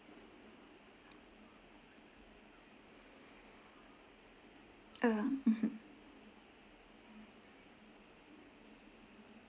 um mmhmm